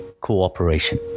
cooperation